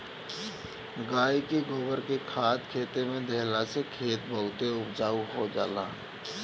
गाई के गोबर के खाद खेते में देहला से खेत बहुते उपजाऊ हो जाला